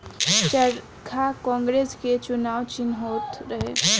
चरखा कांग्रेस के चुनाव चिन्ह होत रहे